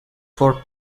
for